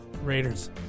Raiders